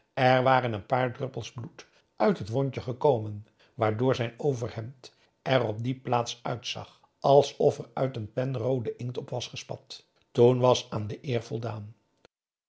er waren een paar druppels bloed uit het wondje gekomen waardoor zijn overhemd er op die plaats uitzag alsof er uit een pen roode inkt op was gespat toen was aan de eer voldaan